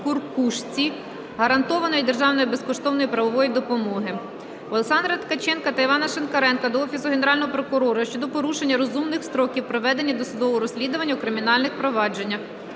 Каркушці гарантованої державою безкоштовної правової допомоги. Олександра Ткаченка та Івана Шинкаренка до Офісу Генерального прокурора щодо порушення розумних строків проведення досудового розслідування у кримінальних провадженнях.